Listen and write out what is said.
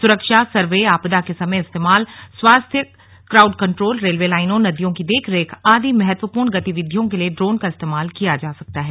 सुरक्षा सर्वे आपदा के समय इस्तेमाल स्वास्थ्य क्राउड कंट्रोल रेलवे लाईनों नदियों की देख रेख आदि महत्वपूर्ण गतिविधियों के लिए ड्रोन का इस्तेमाल किया जा सकता है